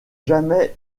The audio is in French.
jamais